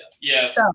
Yes